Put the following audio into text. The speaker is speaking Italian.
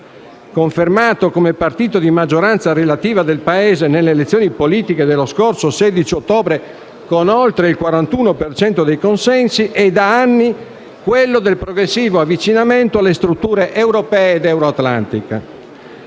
(confermato come partito di maggioranza relativa del Paese nelle elezioni politiche dello scorso 16 ottobre, con oltre il 41 per cento dei consensi), è da anni quello del progressivo avvicinamento alle strutture europee ed euroatlantiche.